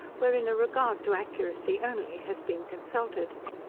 wherein a regard to accuracy only has been consulted.